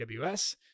AWS